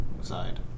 side